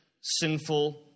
sinful